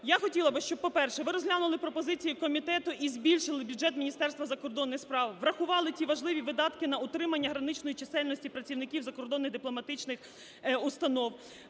Я хотіла би, щоб, по-перше, ви розглянули пропозиції комітету і збільшили бюджет Міністерства закордонних справ, врахували ті важливі видатки на утримання граничної чисельності працівників закордонних дипломатичних установ,